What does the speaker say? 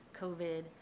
COVID